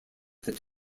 that